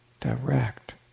direct